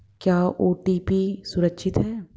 क्या ओ.टी.पी सुरक्षित है?